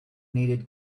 needed